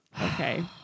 Okay